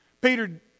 Peter